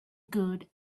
good